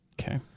Okay